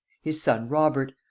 his son robert,